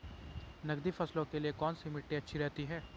नकदी फसलों के लिए कौन सी मिट्टी अच्छी रहती है?